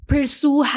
Pursue